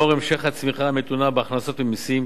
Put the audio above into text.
לאור המשך הצמיחה המתונה בהכנסות ממסים,